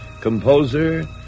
composer